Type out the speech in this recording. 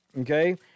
okay